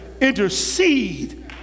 intercede